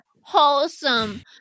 wholesome